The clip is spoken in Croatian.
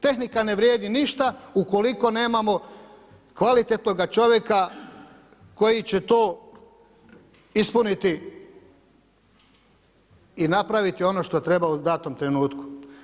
Tehnika ne vrijedi ništa ukoliko nemamo kvalitetnoga čovjeka koji će to ispuniti i napraviti ono što treba u datom trenutku.